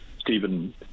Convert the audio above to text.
Stephen